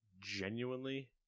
Genuinely